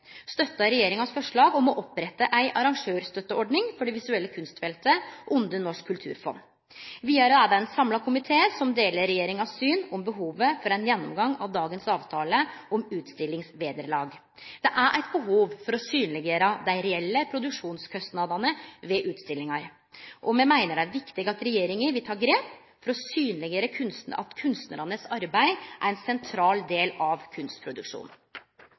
regjeringas forslag om å opprette ei arrangørstøtteordning for det visuelle kunstfeltet under Norsk kulturfond. Vidare er det ein samla komité som deler regjeringas syn om behovet for ein gjennomgang av dagens avtale om utstillingsvederlag. Det er eit behov for å synleggjere dei reelle produksjonskostnadene ved utstillingar, og me meiner det er viktig at regjeringa vil ta grep for å synleggjere at kunstnaranes arbeid er ein sentral del av